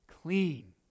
clean